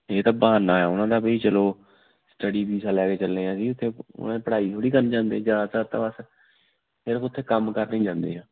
ਇਹ ਤਾਂ ਬਹਾਨਾ ਆ ਉਹਨਾਂ ਦਾ ਵੀ ਚੱਲੋ ਸਟਡੀ ਵੀਜ਼ਾ ਲੈ ਕੇ ਚੱਲੇ ਹਾਂ ਜੀ ਅਤੇ ਉਹਨਾਂ ਨੇ ਪੜ੍ਹਾਈ ਥੋੜ੍ਹੀ ਕਰਨ ਜਾਂਦੇ ਜ਼ਿਆਦਾਤਰ ਤਾਂ ਬਸ ਸਿਰਫ਼ ਉੱਥੇ ਕੰਮ ਕਰਨ ਹੀ ਜਾਂਦੇ ਆ